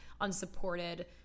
unsupported